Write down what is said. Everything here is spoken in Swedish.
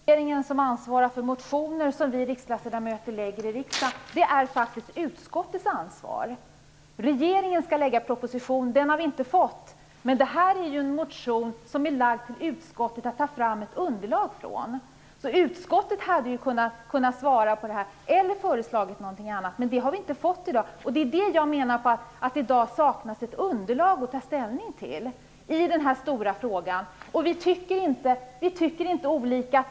Herr talman! Det är inte regeringen som ansvarar för motionerna som vi ledamöter väcker i riksdagen. Det är faktiskt utskottets ansvar. Regeringen skall lägga fram en proposition, och den har vi inte fått. Men detta är en motion som utskottet har att ta fram ett underlag utifrån. Utskottet hade kunnat svara på detta eller tagit fram någonting annat. Men det underlaget har vi inte fått i dag. Det saknas ett underlag att ta ställning till i denna stora fråga. Vi tycker inte olika.